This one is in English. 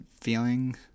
feeling